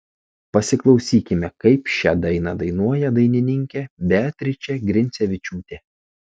pasiklausykime kaip šią dainą dainuoja dainininkė beatričė grincevičiūtė